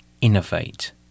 innovate